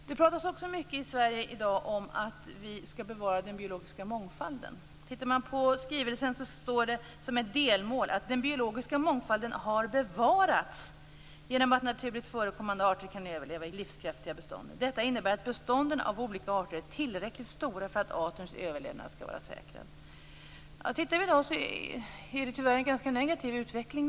Det talas också mycket i Sverige i dag om att vi skall bevara den biologiska mångfalden. I skrivelsen står det som ett delmål att den biologiska mångfalden har bevarats genom att naturligt förekommande arter kan överleva i livskraftiga bestånd. Detta innebär att bestånden av olika arter är tillräckligt stora för att artens överlevnad skall vara säkrad. I dag ser vi tyvärr en ganska negativ utveckling.